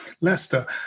Leicester